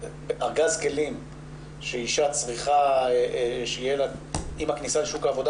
ארגז כלים שאישה צריכה שיהיה לה עם הכניסה לשוק העבודה,